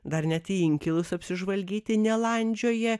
dar net į inkilus apsižvalgyti nelandžioja